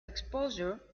exposure